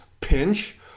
pinch